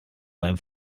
beim